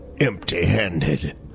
empty-handed